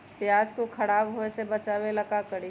प्याज को खराब होय से बचाव ला का करी?